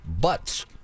Butts